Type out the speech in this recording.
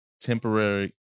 temporary